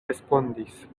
respondis